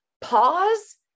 pause